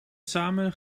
samen